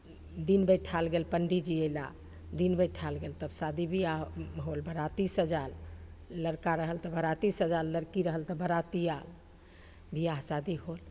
दिन बैठाएल गेल पण्डीजी अएला दिन बैठाएल गेल तब शादी बिआह होल बराती सजल लड़का रहल तऽ बराती सजल लड़की रहल तऽ बराती आएल बिआह शादी होल